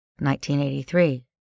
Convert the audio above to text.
1983